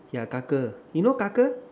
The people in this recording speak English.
yeah you know